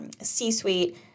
C-suite